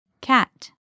Cat